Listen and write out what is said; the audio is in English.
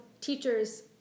teachers